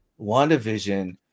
wandavision